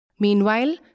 Meanwhile